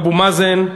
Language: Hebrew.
אבו מאזן,